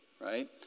Right